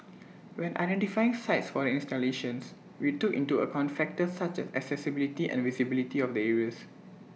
when identifying sites for installations we took into account factors such as accessibility and visibility of the areas